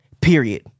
Period